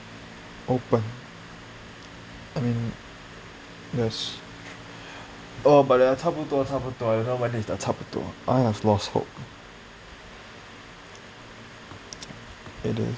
open I mean yes but their 差不多差不多 don't know when is their 差不多